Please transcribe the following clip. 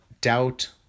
doubt